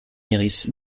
lyrisse